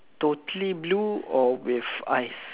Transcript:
totally blue or with eyes